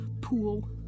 pool